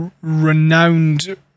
renowned